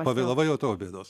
pavėlavai jau tavo bėdos